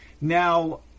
Now